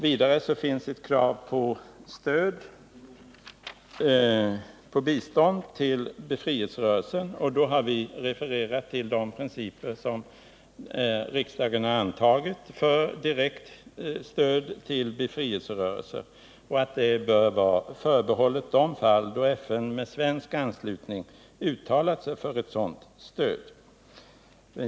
Vidare finns ett motionskrav om bistånd till befrielserörelsen. Vi har då refererat till de principer som riksdagen har antagit för direkt stöd till befrielserörelser. Det bör vara förbehållet de fall då FN med svensk anslutning uttalat sig för ett sådant stöd.